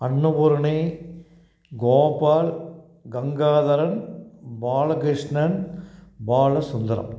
Annapurani Gopal Gangadharan Balakrishnan Balasundaram